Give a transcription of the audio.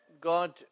God